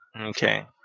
Okay